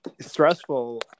stressful